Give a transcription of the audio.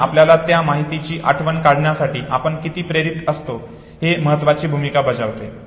आणि आपल्याला त्या माहितीची आठवण काढण्यासाठी आपण किती प्रेरित असतो हे महत्वाची भूमिका बजावते